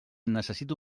necessito